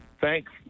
Thanks